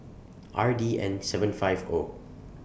R D N seven five O